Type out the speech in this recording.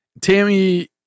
Tammy